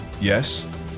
Yes